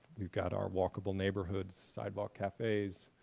we've got our walkable neighborhoods, sidewalk cafes,